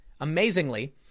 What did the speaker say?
amazingly